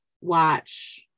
watch